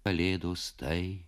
kalėdos tai